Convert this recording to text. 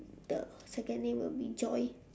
the second name will be joy